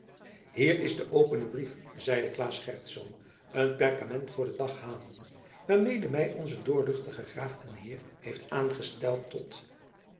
hier is de opene brief zeide claes gerritsz een perkament voor den dag halende waarmede mij onze doorluchtige graaf en heer heeft aangesteld